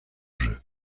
jeu